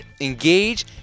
engage